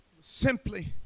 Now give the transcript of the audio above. Simply